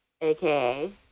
aka